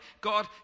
God